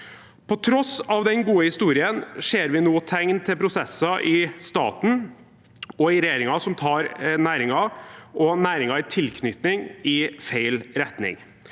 På tross av den gode historien ser vi nå tegn til prosesser i staten og i regjeringen som tar næringen – og næringer i tilknytning til den